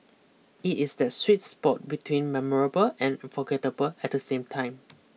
it is that sweet spot between memorable and forgettable at the same time